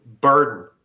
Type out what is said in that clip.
burden